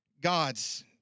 God's